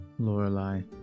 Lorelai